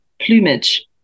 plumage